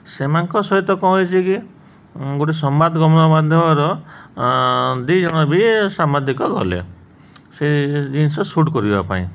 ସେମାନଙ୍କ ସହିତ କ'ଣ ହେଇଛି କି ଗୋଟେ ସମ୍ବାଦ ଗମନ ମାଧ୍ୟମର ଦୁଇ ଜଣ ବି ସାମ୍ବାଦିକ ଗଲେ ସେଇ ଜିନିଷ ସୁଟ୍ କରିବା ପାଇଁ